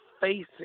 facing